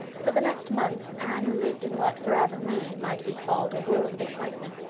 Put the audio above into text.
for the next month anne lived in what, for avonlea, might be called a whirl of excitement.